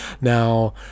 Now